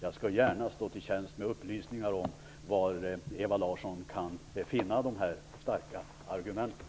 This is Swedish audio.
Jag står gärna till tjänst med upplysningar om var Ewa Larsson kan finna de starka argumenten.